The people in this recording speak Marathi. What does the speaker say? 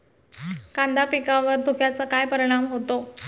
कांदा पिकावर धुक्याचा काय परिणाम होतो?